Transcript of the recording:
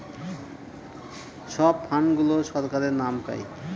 সব ফান্ড গুলো সরকারের নাম পাই